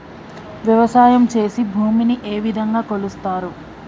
వ్యవసాయం చేసి భూమిని ఏ విధంగా కొలుస్తారు?